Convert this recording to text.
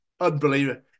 Unbelievable